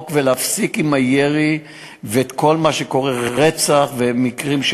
ולהפסיק את הירי ואת כל מה שקורה: רצח ומקרים,